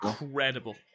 incredible